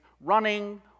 running